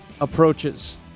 approaches